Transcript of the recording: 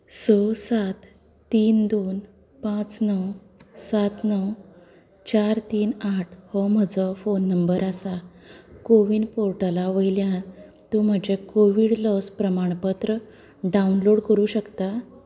स सात तीन दोन पांच णव सात णव चार तीन आठ हो म्हजो फोन नंबर आसा कोवीन पोर्टला वयल्यान तूं म्हजें कोवीड लस प्रमाणपत्र डावनलोड करूं शकता